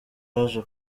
yaje